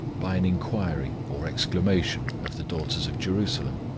by an inquiry or exclamation of the daughters of jerusalem.